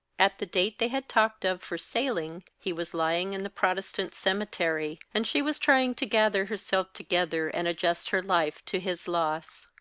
at the date they had talked of for sailing he was lying in the protestant cemetery, and she was trying to gather herself together, and adjust her life to his loss.